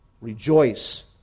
rejoice